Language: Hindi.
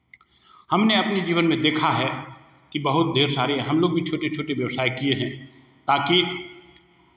हमने अपने जीवन में देखा है कि बहुत ढेर सारे हम लोग भी छोटे छोटे व्यवसाय किए हैं ताकि